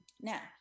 Now